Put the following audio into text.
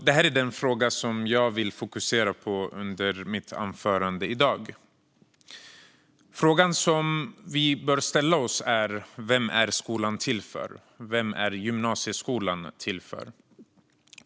Det här är den fråga som jag vill fokusera på under mitt anförande. Frågan som vi bör ställa oss är vem skolan och gymnasieskolan är till för.